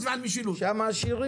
שבוע אחד,